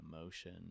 emotion